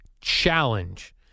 CHALLENGE